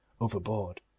overboard